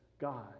God